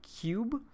Cube